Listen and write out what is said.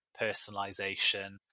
personalization